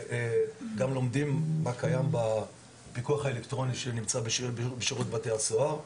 גם לומדים מה קיים בפיקוח האלקטרוני שנמצא בשירות בתי הסוהר,